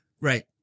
Right